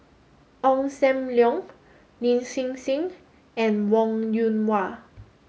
Ong Sam Leong Lin Hsin Hsin and Wong Yoon Wah